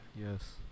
Yes